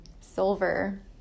silver